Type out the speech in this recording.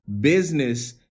Business